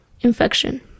infection